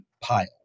pile